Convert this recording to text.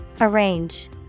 Arrange